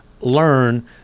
learn